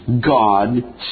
God